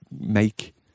make